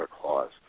Clause